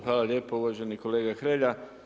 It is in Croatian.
Hvala lijepo uvaženi kolega Hrelja.